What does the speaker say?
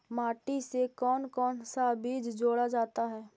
माटी से कौन कौन सा बीज जोड़ा जाता है?